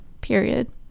Period